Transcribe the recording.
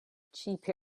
cheap